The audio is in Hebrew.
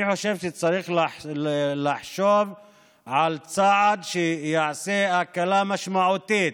אני חושב שצריך לחשוב על צעד שיעשה הקלה משמעותית,